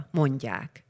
mondják